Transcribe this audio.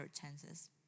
chances